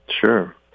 sure